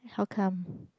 how come